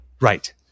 Right